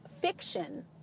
fiction